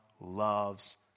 loves